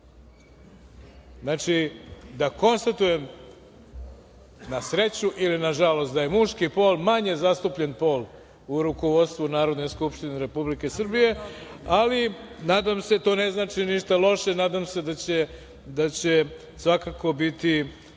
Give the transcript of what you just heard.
tako? Znači, da konstatujem na sreću ili nažalost, da je muški pol manje zastupljen u rukovodstvu Narodne skupštine Republike Srbije, ali nadam se to ne znači ništa loše, nadam se da će svakako biti